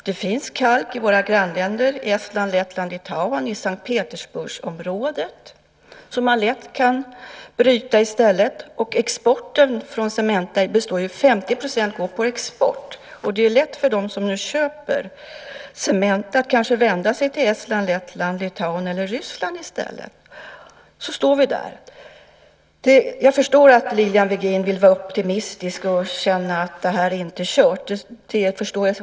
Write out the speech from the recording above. Det finns kalk i våra grannländer - i Estland, Lettland, Litauen och i Sankt Petersburgsområdet - som man lätt kan bryta i stället. 50 % av Cementas produktion går också på export, och det är lätt för dem som köper cement att kanske vända sig till Estland, Lettland, Litauen eller Ryssland i stället. Då står vi där. Jag förstår att Lilian Virgin vill vara optimistisk och känna att det inte är kört.